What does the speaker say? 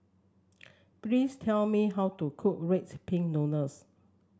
please tell me how to cook Rice Pin Noodles